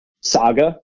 saga